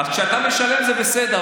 כשאתה משלם זה בסדר,